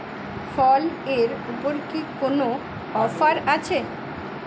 ফল এর ওপর কি কোনো অফার আছে